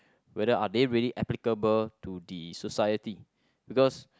whether are they really applicable to the society because